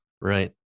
Right